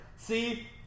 See